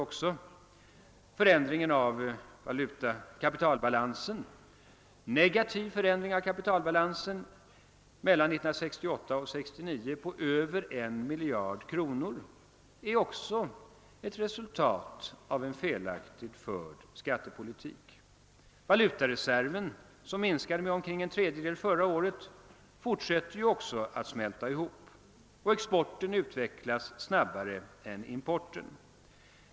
Mellan 1968 och 1969 skedde en negativ förändring av kapitalbalansen med något över 1 000 miljoner kronor. Detta är också ett resultat av en felaktigt förd skattepolitik. Valutareserven, som minskade med omkring en tredjedel förra året, fortsätter att smälta ihop. Importen utvecklas snabbare än exporten.